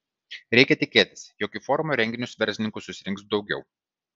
reikia tikėtis jog į forumo renginius verslininkų susirinks daugiau